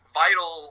vital